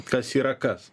kas yra kas